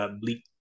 bleak